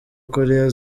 korea